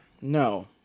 No